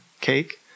cake